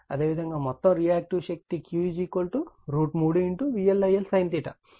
అదేవిధంగా మొత్తం రియాక్టివ్ శక్తి Q 3 VL IL sin